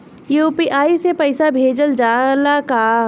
UPI से पईसा भेजल जाला का?